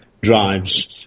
drives